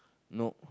nope